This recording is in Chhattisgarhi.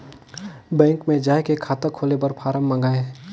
बैंक मे जाय के खाता खोले बर फारम मंगाय?